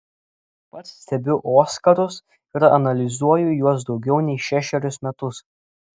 pats stebiu oskarus ir analizuoju juos daugiau nei šešerius metus